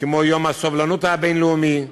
כמו יום הסובלנות הבין-לאומי.